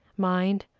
mind,